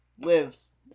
Lives